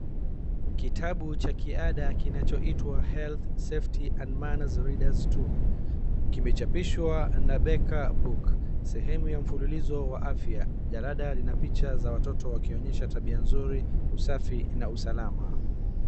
Kitabu cha kiada kinachoitwa Health, Safety and Manners Readers two kimechapishwa na becker book . Sehemu ya mfuluzio wa afya jalada lina picha ya watoto wakionyesha tabia nzuri usafi na usalama.